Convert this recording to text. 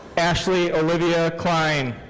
ashley olivia klien.